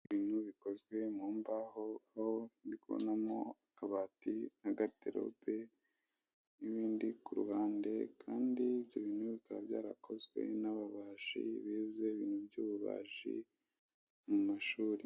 Ibikoresho bikozwe mu mbaho, aho birimo akabati na garde lobe n'ibindi. Ku ruhande kandi ibyo bikoresho byarakozwe n'ababaji bize ibintu by'ububaji mu mashuri.